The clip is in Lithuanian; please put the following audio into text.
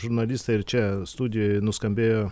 žurnalistai ir čia studijoj nuskambėjo